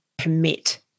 commit